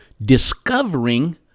Discovering